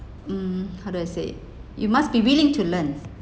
mm how do I say you must be willing to learn